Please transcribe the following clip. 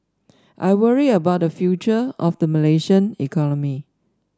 I worry about the future of the Malaysian economy